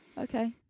Okay